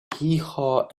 heehaw